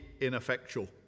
ineffectual